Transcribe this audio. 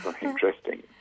Interesting